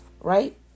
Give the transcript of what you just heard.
Right